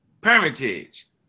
parentage